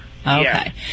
Okay